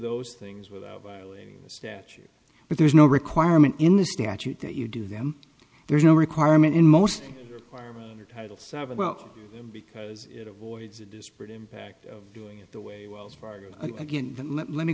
those things without violating the statute but there's no requirement in the statute that you do them there's no requirement in most oregon or title seven well because it was a disparate impact of doing it the way wells fargo again but let